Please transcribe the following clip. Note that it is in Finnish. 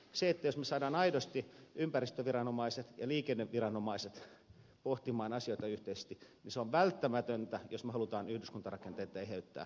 se että me saamme aidosti ympäristöviranomaiset ja liikenneviranomaiset pohtimaan asioita yhteisesti on välttämätöntä jos me haluamme yhdyskuntarakenteita eheyttää